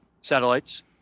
satellites